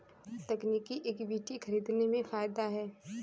तकनीकी इक्विटी खरीदने में फ़ायदा है